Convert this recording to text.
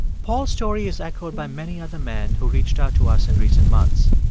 paul's story is echoed by many of the men who reached out to us in recent months.